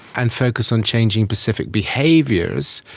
and focus on changing specific behaviours,